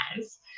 Yes